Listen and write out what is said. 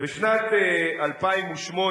בשנת 2008,